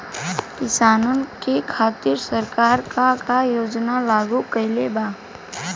किसानन के खातिर सरकार का का योजना लागू कईले बा?